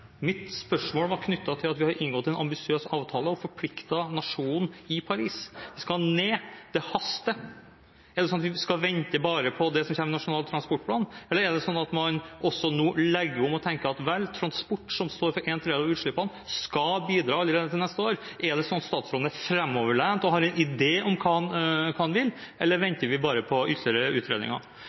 Mitt spørsmål var knyttet til at vi har inngått en ambisiøs avtale og forpliktet nasjonen i Paris. Vi skal ned, det haster. Er det sånn at vi bare skal vente på det som kommer i Nasjonal transportplan? Eller er det sånn at man også nå legger om og tenker at vel, transport, som står for en tredjedel av utslippene, skal bidra allerede til neste år? Er det sånn at statsråden er framoverlent og har en idé om hva han vil, eller venter vi bare på ytterligere utredninger?